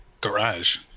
garage